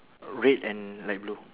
red and light blue